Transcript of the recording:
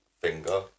finger